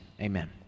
amen